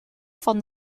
van